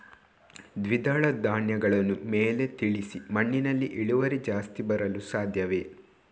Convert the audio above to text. ದ್ವಿದಳ ಧ್ಯಾನಗಳನ್ನು ಮೇಲೆ ತಿಳಿಸಿ ಮಣ್ಣಿನಲ್ಲಿ ಇಳುವರಿ ಜಾಸ್ತಿ ಬರಲು ಸಾಧ್ಯವೇ?